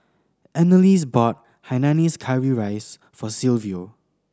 Annalise bought hainanese curry rice for Silvio